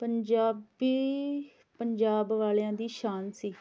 ਪੰਜਾਬੀ ਪੰਜਾਬ ਵਾਲਿਆਂ ਦੀ ਸ਼ਾਨ ਸੀ